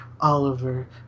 Oliver